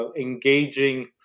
engaging